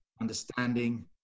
understanding